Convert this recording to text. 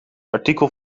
artikel